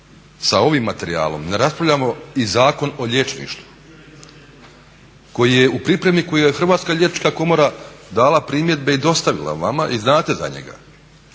sa ovim materijalom ne raspravljamo i Zakon o liječništvu koji je u pripremi, koji je Hrvatska liječnička komora dala primjedbe i dostavila vama i znate za njega,